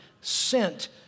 sent